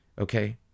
Okay